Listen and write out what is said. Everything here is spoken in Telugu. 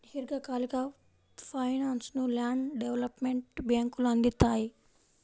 దీర్ఘకాలిక ఫైనాన్స్ను ల్యాండ్ డెవలప్మెంట్ బ్యేంకులు అందిత్తాయి